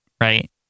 right